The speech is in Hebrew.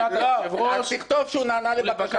תכתוב שהוא נענה לבקשת היושב-ראש.